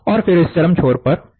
और फिर इस चरम छोर पर जाता है